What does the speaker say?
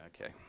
Okay